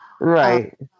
right